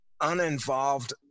uninvolved